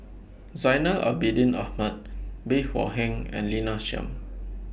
Zainal Abidin Ahmad Bey Hua Heng and Lina Chiam